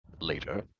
later